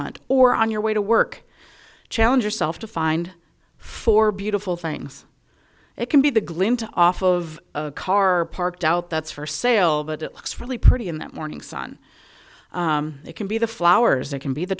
hunt or on your way to work challenge yourself to find four beautiful things it can be the glinting off of a car parked out that's for sale but it looks really pretty in the morning sun it can be the flowers it can be the